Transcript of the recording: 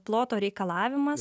ploto reikalavimas